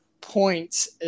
points